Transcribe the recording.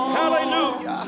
hallelujah